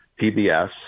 PBS